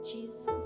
Jesus